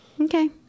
Okay